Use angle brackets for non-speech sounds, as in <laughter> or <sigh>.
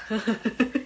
<noise>